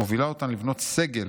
מובילה אותן לבנות סגל